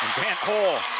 hul.